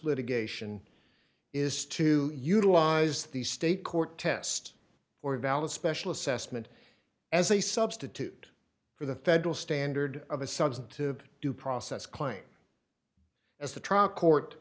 litigation is to utilize the state court test or valid special assessment as a substitute for the federal standard of a substantive due process claim as the trial court